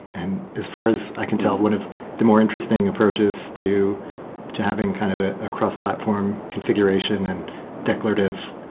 and as far as i can tell, one of the more interesting approaches to to having kind of a cross-platform configuration and declarative,